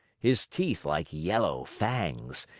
his teeth like yellow fangs,